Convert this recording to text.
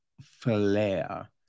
flair